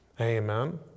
Amen